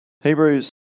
Hebrews